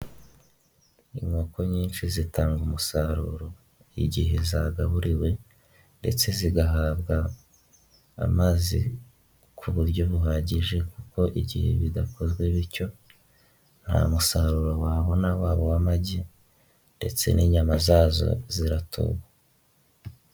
Inkoko nyinshi zitanga umusaruro igihe zagaburiwe, ndetse zigahabwa amazi ku buryo buhagije, kuko igihe bidakozwe bityo, nta musaruro wabona waba uw'amagi, ndetse n'inyama zazo ziratuba.